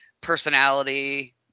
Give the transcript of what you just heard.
personality